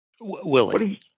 Willie